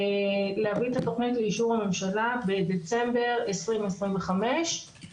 להביא את התוכנית לאישור הממשלה בדצמבר 2025. זה